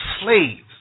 slaves